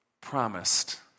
promised